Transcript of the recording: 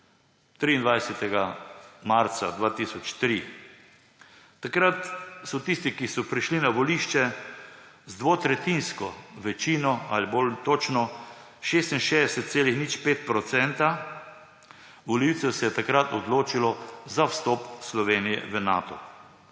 23. marca 2003. Takrat so tisti, ki so prišli na volišče, z dvotretjinsko večino ali bolj točno, 66,05 procenta volivcev se je takrat odločilo za vstop Slovenije v Nato.